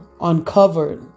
uncovered